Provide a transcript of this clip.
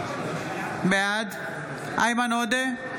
בעד איימן עודה,